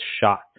shot